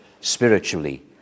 spiritually